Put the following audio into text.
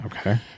Okay